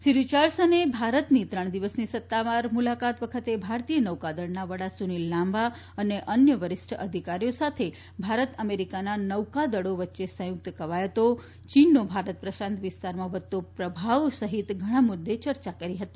શ્રી રીચાર્ડસને ભારતની ત્રણ દિવસની સત્તાવાર મુલાકાત વખતે ભારતીય નૌકાદળના વડા સુનિલ લાંબા અને અન્ય વરિષ્ઠ અધિકારીઓ સાથે ભારત અમેરિકાના નોકાદળો વચ્ચે સંયુક્ત ક્વાયતો ચીનનો ભારત પ્રશાંત વિસ્તારમાં વધતો પ્રભાવ સહિત ઘણા મુદ્દાઓ અંગે ચર્ચા કરી હતી